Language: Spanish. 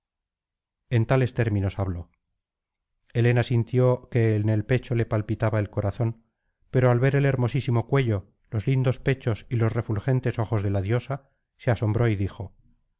en tales términos habló helena sintió que en el pecho le palpitaba el corazón pero al ver el hermosísimo cuello los lindos pechos y los refulgentes ojos de la diosa se asombró y dijo